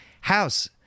House